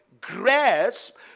grasp